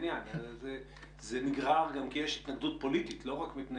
בעניין זה נגרע כי יש התנגדות פוליטית ולא רק מפני